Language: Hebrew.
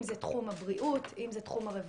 אם זה תחום הבריאות, אם זה תחום הרווחה.